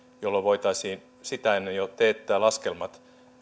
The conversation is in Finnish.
jolloin voitaisiin sitä ennen jo teettää laskelmat